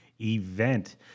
event